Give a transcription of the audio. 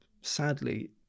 sadly